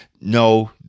No